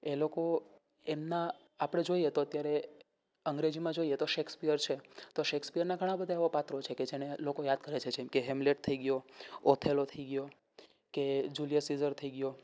એ લોકો એમના આપણે જોઈએ તો અત્યારે અંગ્રેજીમાં જોઈએ તો શેક્સપિયર છે તો શેક્સપિયરના ઘણાં બધાં એવાં પાત્રો છે જેને લોકો યાદ કરે છે જેમ કે હેમ્લેટ થઈ ગયો ઓથેલો થઈ ગયો કે જ્યુલિયા સીઝર થઈ ગયો